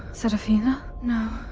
serephina no.